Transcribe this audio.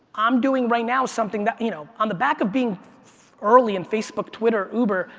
i'm doing right now something that, you know on the back of being early in facebook, twitter, uber,